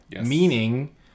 meaning